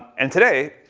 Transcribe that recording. and today,